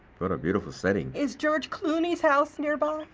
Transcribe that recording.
but a beautiful setting. is george clooney's house nearby?